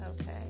Okay